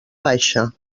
baixa